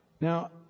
Now